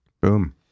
boom